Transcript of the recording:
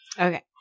Okay